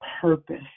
purpose